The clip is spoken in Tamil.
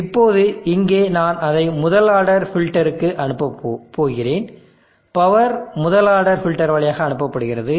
இப்போது இங்கே நான் அதை முதல் ஆர்டர் ஃபில்டருக்கு அனுப்பப் போகிறேன் பவர் முதல் ஆர்டர் ஃபில்டர் வழியாக அனுப்பப்படுகிறது